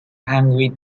angry